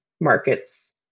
markets